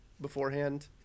beforehand